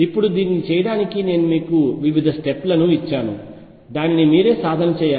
ఇప్పుడు దీన్ని చేయడానికి నేను మీకు వివిధ స్టెప్ లను ఇచ్చాను దానిని మీరే సాధన చేయాలి